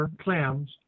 Clams